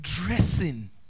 dressing